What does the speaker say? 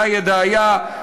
אלה ידעיה,